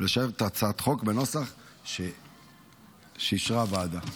ולשלב את הצעת החוק בנוסח שאישרה הוועדה.